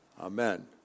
Amen